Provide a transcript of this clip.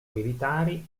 militari